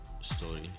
story